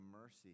mercy